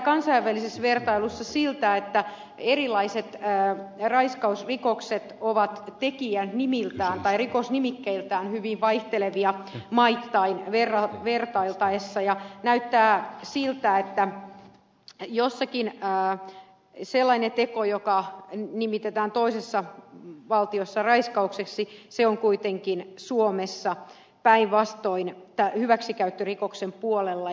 kansainvälisessä vertailussa näyttää siltä että erilaiset raiskausrikokset ovat pitkiä nimillä on tai rikosnimikkeitä rikosnimikkeiltään hyvin vaihtelevia maittain vertailtaessa ja näyttää siltä että sellainen teko jota nimitetään toisessa valtiossa raiskaukseksi on kuitenkin suomessa päinvastoin hyväksikäyttörikoksen puolella